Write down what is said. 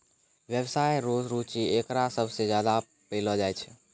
व्यवसाय रो रुचि एकरा सबसे ज्यादा पैलो जाय छै